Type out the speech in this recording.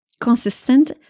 consistent